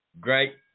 Great